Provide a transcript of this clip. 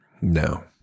No